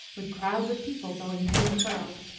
with crowds of people going to and fro.